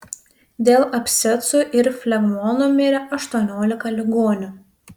dėl abscesų ir flegmonų mirė aštuoniolika ligonių